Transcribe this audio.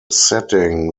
setting